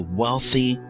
wealthy